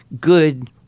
good